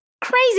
Crazy